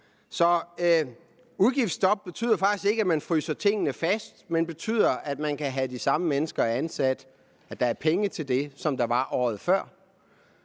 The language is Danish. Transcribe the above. et udgiftsstop betyder faktisk ikke, at man fryser tingene fast, men betyder, at man kan have de samme mennesker ansat; at der er penge til det samme som året før.